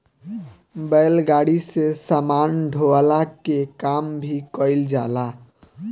बैलगाड़ी से सामान ढोअला के काम भी कईल जाला